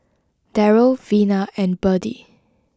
Darrel Vina and Berdie